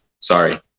Sorry